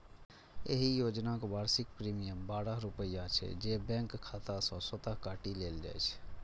एहि योजनाक वार्षिक प्रीमियम बारह रुपैया छै, जे बैंक खाता सं स्वतः काटि लेल जाइ छै